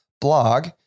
blog